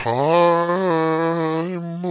time